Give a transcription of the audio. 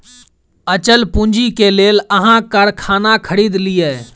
अचल पूंजी के लेल अहाँ कारखाना खरीद लिअ